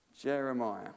Jeremiah